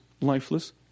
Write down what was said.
lifeless